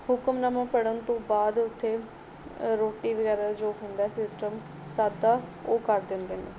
ਹੁਕਮਨਾਮਾ ਪੜ੍ਹਨ ਤੋਂ ਬਾਅਦ ਉੱਥੇ ਰੋਟੀ ਵਗੈਰਾ ਦਾ ਜੋ ਹੁੰਦਾ ਸਿਸਟਮ ਸਾਦਾ ਉਹ ਕਰ ਦਿੰਦੇ ਨੇ